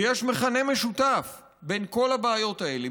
ויש מכנה משותף לכל הבעיות האלה,